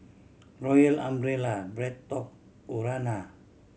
Royal Umbrella BreadTalk Urana